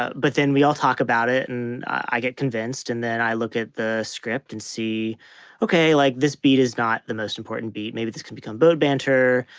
but then we all talk about it and i get convinced and then i look at the script and see okay like this beat is not the most important beat maybe this can become bowed banter.